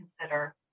consider